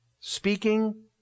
speaking